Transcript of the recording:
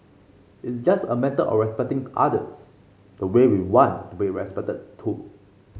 it's just a matter of respecting others the way we want to be respected too